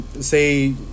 say